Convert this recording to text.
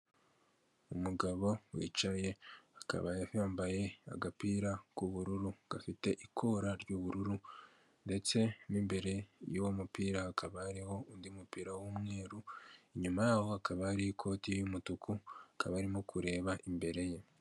Umugabo wicaye akaba yambaye agapira k'ubururu gafite ikora ry'ubururu, ndetse mu imbere y'uwo mupira hakaba hariho undi mupira w'umweru, inyuma yaho hakaba hariho ikoti ry'umutuku akaba arimo kureba imbere ye.